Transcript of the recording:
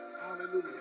Hallelujah